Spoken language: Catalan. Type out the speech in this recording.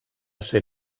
ser